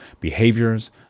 behaviors